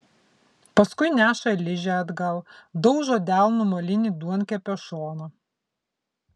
paskui neša ližę atgal daužo delnu molinį duonkepio šoną